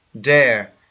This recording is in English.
dare